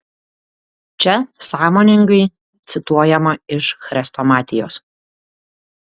čia sąmoningai cituojama iš chrestomatijos